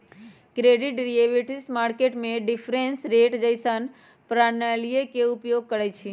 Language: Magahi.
क्रेडिट डेरिवेटिव्स मार्केट में डिफरेंस रेट जइसन्न प्रणालीइये के उपयोग करइछिए